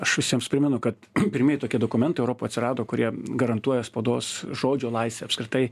aš visiems primenu kad pirmieji tokie dokumentai europoj atsirado kurie garantuoja spaudos žodžio laisvę apskritai